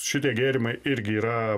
šitie gėrimai irgi yra